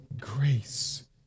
grace